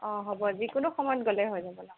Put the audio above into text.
অঁ হ'ব যিকোনো সময়ত গ'লেই হৈ যাব